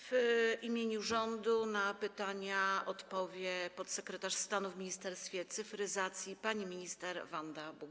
W imieniu rządu na pytania odpowie podsekretarz stanu w Ministerstwie Cyfryzacji pani minister Wanda Buk.